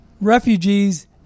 refugees